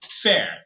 fair